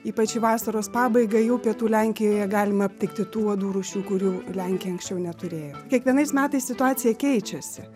ypač į vasaros pabaigą jau pietų lenkijoje galima aptikti tų uodų rūšių kurių lenkija anksčiau neturėjo kiekvienais metais situacija keičiasi